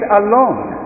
alone